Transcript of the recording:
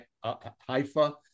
Haifa